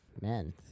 Man